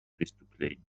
преступлений